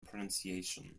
pronunciation